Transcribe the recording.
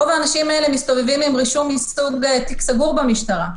רוב האנשים האלה מסתובבים עם רישום מסוג תיק סגור במשטרה.